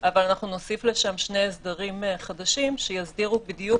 אבל אנחנו נוסיף לשם שני הסדרים חדשים שיסדירו בדיוק